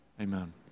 Amen